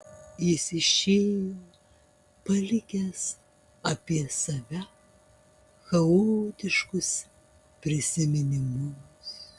jis išėjo palikęs apie save chaotiškus prisiminimus